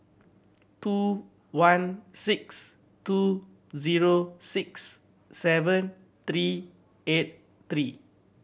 two one six two zero six seven three eight three